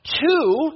Two